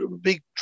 big